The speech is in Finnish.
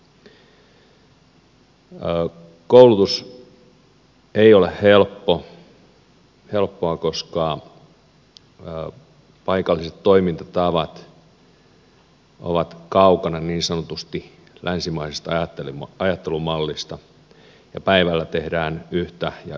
koulutus ei ole helppoa koska paikalliset toimintatavat ovat niin sanotusti kaukana länsimaisesta ajattelumallista ja päivällä tehdään yhtä ja yöllä toista